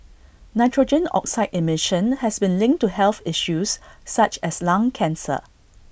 nitrogen oxide emission has been linked to health issues such as lung cancer